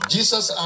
Jesus